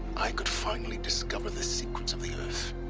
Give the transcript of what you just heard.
i could finally discover the secrets of the earth